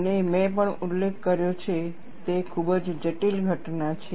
અને મેં પણ ઉલ્લેખ કર્યો છે તે ખૂબ જ જટિલ ઘટના છે